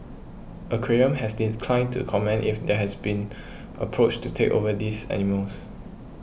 Aquarium has to comment if there has been approached to take over these animals